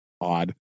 odd